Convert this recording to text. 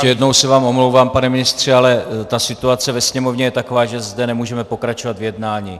Ještě jednou se vám omlouvám, pane ministře, ale ta situace ve sněmovně je taková, že zde nemůžeme pokračovat v jednání.